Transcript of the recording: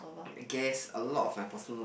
guess a lot of my personal